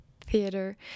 theater